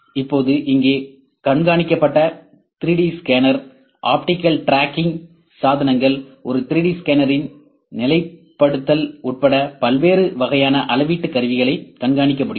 இப்போது இங்கே கண்காணிக்கப்பட்ட 3டி ஸ்கேனர் ஆப்டிகல் டிராக்கிங் சாதனங்கள் ஒரு 3D ஸ்கேனரின் நிலைப்படுத்தல் உட்பட பல்வேறு வகையான அளவீட்டு கருவிகளைக் கண்காணிக்க முடியும்